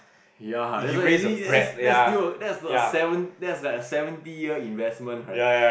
ya that's why you see that's that's still that's a that's like a seventy year investment right